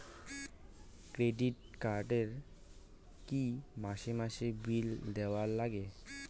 Credit card এ কি মাসে মাসে বিল দেওয়ার লাগে?